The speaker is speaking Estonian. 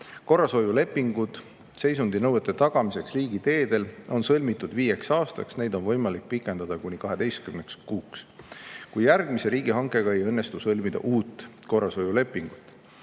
Korrashoiulepingud seisundinõuete tagamiseks riigiteedel on sõlmitud viieks aastaks. Neid on võimalik pikendada kuni 12 kuuks, kui järgmise riigihankega ei õnnestu sõlmida uut korrashoiulepingut.